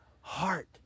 heart